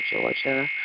Georgia